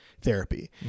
therapy